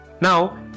Now